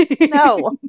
No